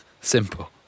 simple